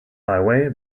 highway